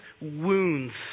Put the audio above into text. wounds